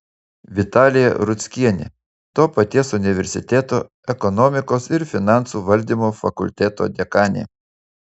vitalija rudzkienė to paties universiteto ekonomikos ir finansų valdymo fakulteto dekanė